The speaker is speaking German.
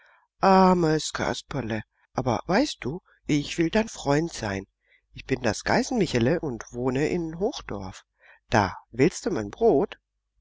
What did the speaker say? armes kasperle aber weißt du ich will dein freund sein ich bin das geißenmichele und wohne in hochdorf da willste mein brot